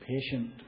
patient